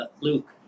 Luke